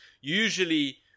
usually